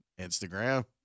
Instagram